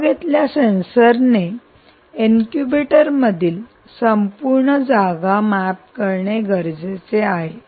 मग इथल्या सेन्सरने इनक्यूबेटरमधील संपूर्ण जागा मॅप करणे गरजेचे आहे